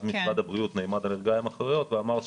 משרד הבריאות נעמד על הרגליים האחוריות ואמר: